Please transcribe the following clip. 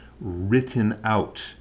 written-out